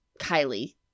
Kylie